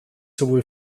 sowohl